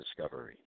discovery